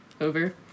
Over